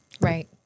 Right